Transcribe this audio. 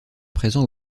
présent